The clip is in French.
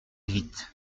vite